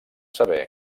saber